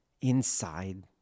inside